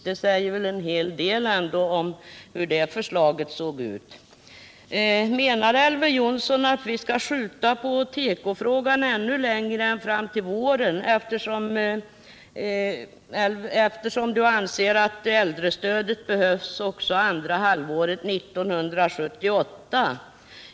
Det säger väl ändå en del om hur = strin, m.m. det förslaget såg ut. Menar Elver Jonsson att vi skall skjuta på tekofrågan ännu längre än fram till våren, eftersom han anser att äldrestödet behövs också för andra halvåret 1978?